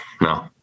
no